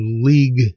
League